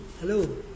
Hello